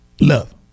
Love